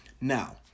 now